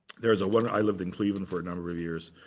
there's one, i lived in cleveland for a number of years,